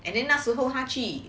and then 那时候他去